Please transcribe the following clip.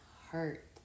heart